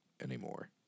anymore